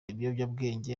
ibiyobyabwenge